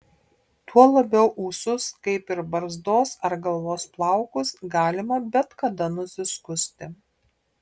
tuo labiau ūsus kaip ir barzdos ar galvos plaukus galima bet kada nusiskusti